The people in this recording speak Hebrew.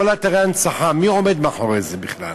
כל אתרי ההנצחה, מי עומד מאחורי זה בכלל?